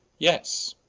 yes